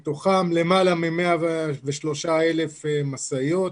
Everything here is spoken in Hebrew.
מתוכם למעלה מ-103,000 משאיות,